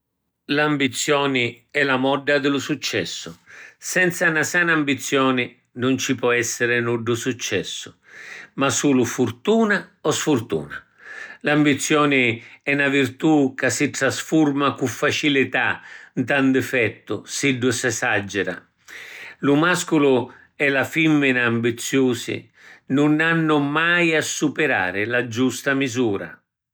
L’ambizioni è la modda di lu successu. Senza na sana ambizioni nun ci pò essiri nuddu successu, ma sulu furtuna o sfurtuna. L’ambizioni è na virtù ca si trasfurma cu facilità nta ‘n difettu siddu s’esagira. Lu masculu e la fimmina ambiziusi nun hannu mai a supirare la giusta misura.